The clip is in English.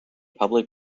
public